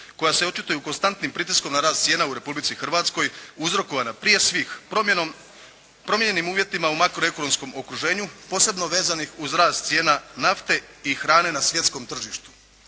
koja se očituju konstantnim pritiskom na rast cijena u Republici Hrvatskoj uzrokovana prije svih promjenom, promijenjenim uvjetima u makroekonomskom okruženju posebno vezanih uz rast cijena nafte i hrane na svjetskom tržištu.